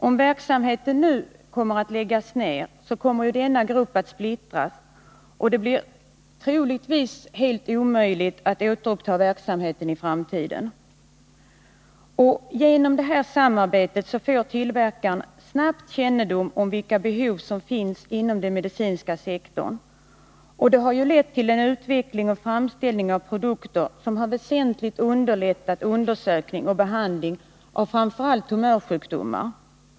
Om verksamheten i Studsvik nu läggs ned kommer denna grupp att splittras, och det blir troligtvis helt omöjligt att återuppta verksamheten i framtiden. Genom det här samarbetet får tillverkaren snabbt kännedom om vilka behov som finns inom den medicinska sektorn, och det har lett till en utveckling och framställning av produkter som väsentligt har underlättat undersökning och behandling av framför allt tumörsjukdomar.